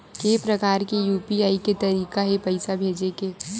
के प्रकार के यू.पी.आई के तरीका हे पईसा भेजे के?